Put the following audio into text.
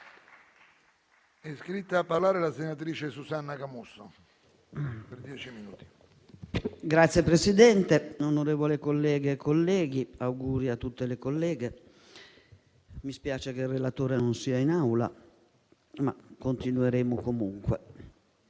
Signor Presidente, onorevole colleghe e colleghi, auguri a tutte le colleghe. Mi spiace che il relatore non sia in Aula, ma continueremo comunque.